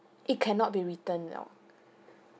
it cannot be written you know